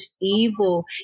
evil